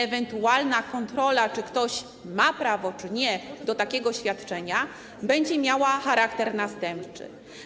Ewentualna kontrola, czy ktoś ma prawo, czy nie do takiego świadczenia, będzie miała charakter następczy.